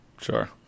Sure